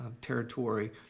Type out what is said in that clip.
territory